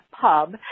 Pub